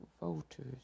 voters